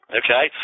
okay